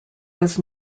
was